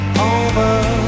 over